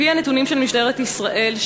על-פי הנתונים של משטרת ישראל,